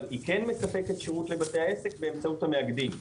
היא כן מספקת שירות לבתי העסק באמצעות המאגדים.